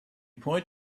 point